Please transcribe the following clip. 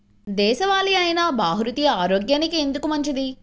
దేశవాలి అయినా బహ్రూతి ఆరోగ్యానికి ఎందుకు మంచిది?